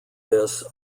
this